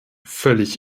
völlig